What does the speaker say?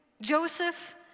Joseph